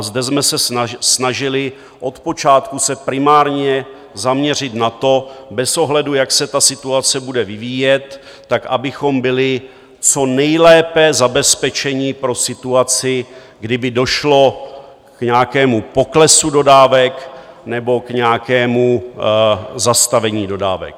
Zde jsme se snažili od počátku se primárně zaměřit na to, bez ohledu, jak se ta situace bude vyvíjet, abychom byli co nejlépe zabezpečeni pro situaci, kdyby došlo k nějakému poklesu dodávek nebo k nějakému zastavení dodávek.